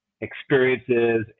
experiences